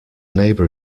neighbour